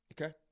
Okay